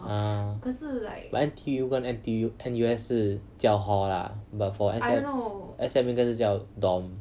uh but N_T_U 跟 N_T_U N_U_S 是叫 hall lah but for S_M_U 应该是叫 dorm